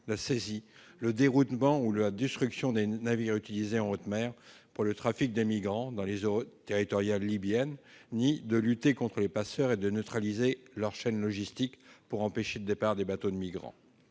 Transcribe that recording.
la saisie, le déroutement ou la destruction des navires utilisés en haute mer pour le trafic des migrants dans les eaux territoriales libyennes, ni de lutter contre les passeurs et de neutraliser leur chaîne logistique pour empêcher le départ des bateaux de migrants.